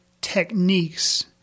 techniques